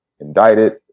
indicted